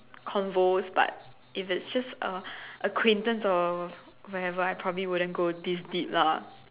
convos but if it's just a acquaintance or whatever I probably wouldn't go this deep lah